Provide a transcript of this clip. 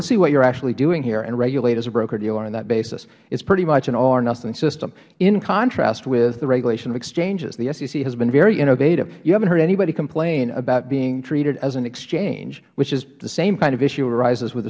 let's see what you're actually doing here and regulate as a brokerdealer on that basis it's pretty much an allornothing system in contrast with the regulation of exchanges the sec has been very innovative you haven't heard anybody complain about being treated as an exchange which ish the same kind of issue arises with